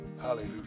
Hallelujah